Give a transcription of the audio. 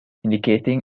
indicating